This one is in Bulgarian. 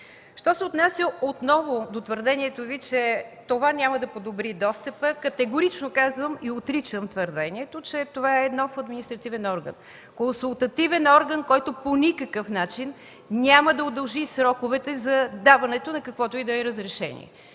Що се отнася отново до твърдението Ви, че това няма да подобри достъпа, категорично казвам и отричам твърдението, че това е нов административен орган. Консултативен орган е, който по никакъв начин няма да удължи сроковете за даването на каквото и да е разрешение.